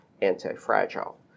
anti-fragile